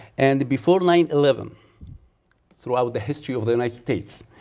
and before nine eleven throughout the history of the united states,